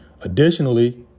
Additionally